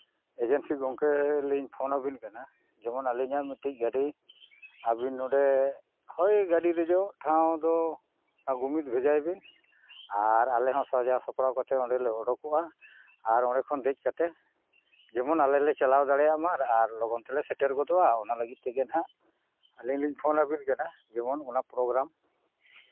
agency ᱜᱳᱢᱠᱮ ᱞᱤᱧ phone ᱟᱹᱵᱤᱱ ᱠᱟᱱᱟ ᱡᱮᱢᱚᱱ ᱟᱹᱞᱤᱧᱟᱜ ᱢᱤᱫᱴᱤᱱ ᱜᱟᱹᱰᱤ ᱟᱹᱵᱤᱱ ᱱᱚᱰᱮ ᱦᱳᱭ ᱜᱟᱹᱰᱤ ᱫᱮᱡᱚᱜ ᱴᱷᱟᱶ ᱫᱚ ᱜᱳᱢᱤᱫ ᱵᱷᱮᱡᱟᱭ ᱵᱤᱱ ᱟᱨ ᱟᱞᱮ ᱦᱚᱸ ᱥᱟᱡᱟᱣ ᱥᱟᱯᱲᱟᱣ ᱠᱟᱛᱮᱫ ᱚᱸᱰᱮ ᱞᱮ ᱚᱰᱳᱠᱚᱜᱼᱟ ᱟᱨ ᱚᱸᱰᱮ ᱠᱷᱚᱱ ᱫᱮᱡ ᱠᱟᱛᱮᱫ ᱡᱮᱢᱚᱱ ᱟᱞᱮ ᱞᱮ ᱪᱟᱞᱟᱣ ᱫᱟᱲᱮᱭᱟᱜ ᱢᱟ ᱟᱨ ᱞᱚᱜᱚᱱ ᱛᱮᱞᱮ ᱥᱮᱴᱮᱨ ᱜᱚᱫᱚᱜᱼᱟ ᱚᱱᱟ ᱞᱟᱹᱜᱤᱫ ᱛᱮᱜᱮ ᱦᱟᱸᱜ ᱟᱹᱞᱤᱧ ᱞᱤᱧ ᱯᱷᱳᱱ ᱟᱹᱵᱤᱱ ᱠᱟᱱᱟ ᱡᱮᱢᱚᱱ ᱚᱱᱟ ᱯᱨᱳᱜᱨᱟᱢ